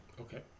okay